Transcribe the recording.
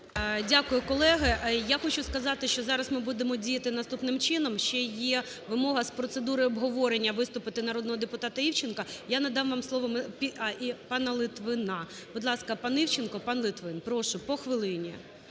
Дякую. Колеги, я хочу сказати, що зараз ми будемо діяти наступним чином. Ще є вимога з процедури обговорення виступити народного депутата Івченка. Я надам вам слово… і пана Литвина. Будь ласка, пан Івченко і пан Литвин. Прошу, по хвилині.